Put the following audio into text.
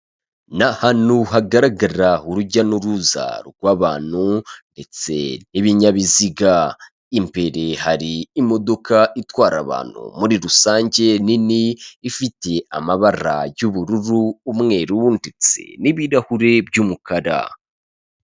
Ni ahantu hagaragara urujya n'uruza rw'abantu ndetse n'ibinyabiziga, imbere hari imodoka itwara abantu muri rusange nini, ifite amabara y'ubururu, umweru ndetse n'ibirahure by'umukara.